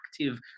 active